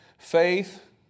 Faith